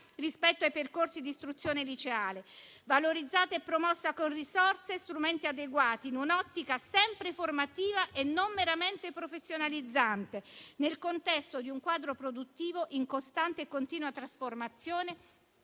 rispetto ai percorsi di istruzione liceale; valorizzata e promossa con risorse e strumenti adeguati, in un'ottica sempre formativa e non meramente professionalizzante, nel contesto di un quadro produttivo in costante e continua trasformazione,